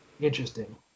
Interesting